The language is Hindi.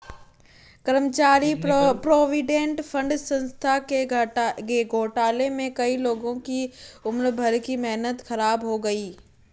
कर्मचारी प्रोविडेंट फण्ड संस्था के घोटाले में कई लोगों की उम्र भर की मेहनत ख़राब हो गयी